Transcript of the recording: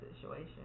situation